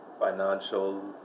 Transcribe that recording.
financial